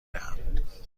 دهم